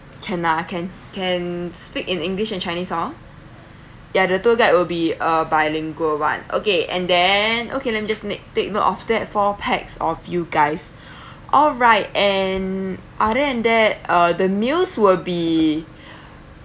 can lah can can speak in english and chinese hor ya the tour guide will be a bilingual [one] okay and then okay let me just ne~ take note of that four pax of you guys all right and other than that uh the meals will be